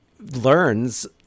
learns